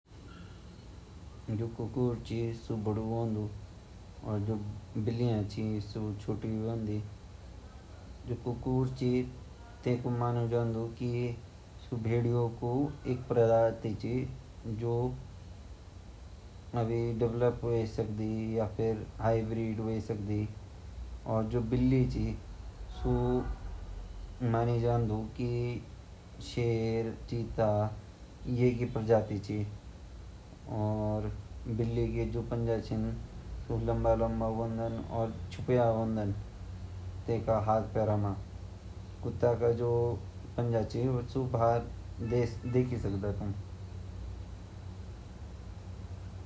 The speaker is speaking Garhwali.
जु कुत्ता अर बिल्ली छिन यु द्वी के द्वी घोर मु पाया जन्दा कुत्ता ज़रा बड़ा साइजआ वोन्दा अर बिल्ली जरा छोटी साइजे वोन कुत्तो मुख ज़रा लम्बू जान वोन अर बिल्ली मुख ज़ारा गोल जन वन, बिल्ली आँखा भूरी वोनि अर कुत्ते ऑंख काली वोन्दि कुत्ता भी भोत रँगा वोन्दि अर बिल्ली भी द्वी तीन रेंंगे वोन्दी ची ता इती ता भोत भिन्नता ची प्यार द्वी क द्वी मा भोत ज़्यादा वोंदु घोर वावू प्रति, कुत्ता ज़रा पेचू वांदा अर बिल्ली इति भी नि वोन्दि ।